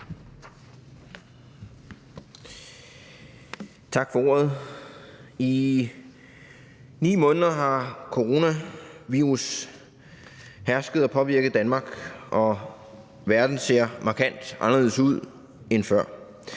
Tak for ordet. I 9 måneder har coronavirus hersket og påvirket Danmark, og verden ser markant anderledes ud end før.